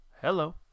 hello